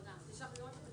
בחרה להרוג את הדיור הציבורי